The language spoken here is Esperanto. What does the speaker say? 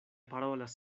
parolas